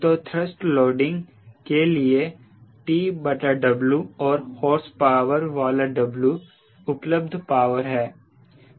तो thrust loading के लिए TW और हॉर्सपावर वाला W उपलब्ध पावर है